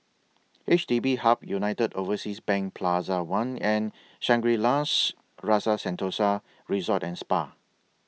H D B Hub United Overseas Bank Plaza one and Shangri La's Rasa Sentosa Resort and Spa